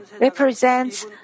represents